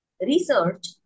research